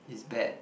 it's bad